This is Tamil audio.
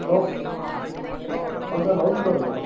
hello hello sir ஹவுஸ்பர்ரா